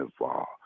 involved